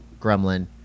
gremlin